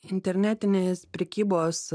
internetinės prekybos